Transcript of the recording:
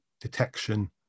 detection